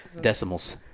Decimals